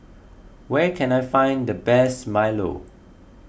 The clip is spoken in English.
where can I find the best Milo